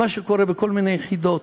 מה שקורה בכל מיני יחידות,